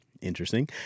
Interesting